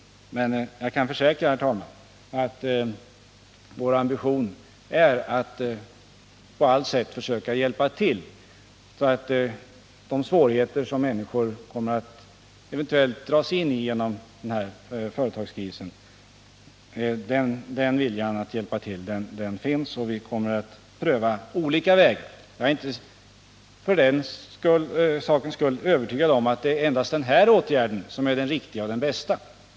Jag kan dock försäkra, herr talman, att vår ambition är att på allt sätt försöka hjälpa till för att lösa de svårigheter som människor eventuellt kommer att dras in i genom denna företagskris. Viljan att hjälpa till finns, och vi kommer att pröva olika vägar. Jag är inte övertygad om att det endast är denna åtgärd som är den bästa och riktigaste.